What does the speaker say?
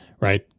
right